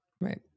Right